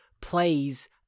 plays